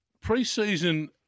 pre-season